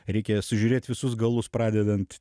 reikia sužiūrėt visus galus pradedant